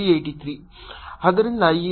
0 ಜೂಲ್ಗಳಾಗಿ ಹೊರಹೊಮ್ಮುತ್ತದೆ